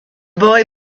boy